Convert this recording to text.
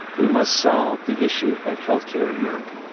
we must solve the issue of health care in america.